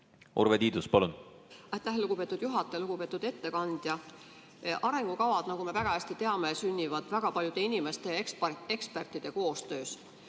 Urve Tiidus, palun!